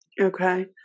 Okay